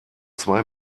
zwei